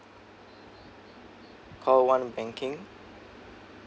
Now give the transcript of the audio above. call one banking